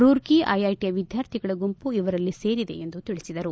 ರೂರ್ಕಿ ಐಐಟಿಯ ವಿದ್ವಾರ್ಥಿಗಳ ಗುಂಪು ಇವರಲ್ಲಿ ಸೇರಿದೆ ಎಂದು ತಿಳಿಸಿದರು